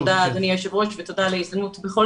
אדוני היושב-ראש ותודה על ההזדמנות בכל